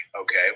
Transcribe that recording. okay